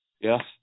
Yes